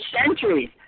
centuries